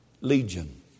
Legion